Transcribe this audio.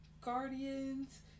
Guardians